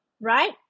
Right